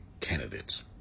candidates